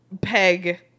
peg